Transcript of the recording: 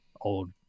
old